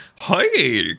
Hi